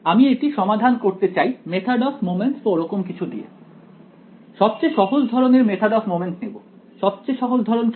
আমি এটি সমাধান করতে চাই মেথড অফ মোমেন্টস বা ওরকম কিছু দিয়ে সবচেয়ে সহজ ধরন এর মেথড অফ মোমেন্টস নেবো সবচেয়ে সহজ ধরন কি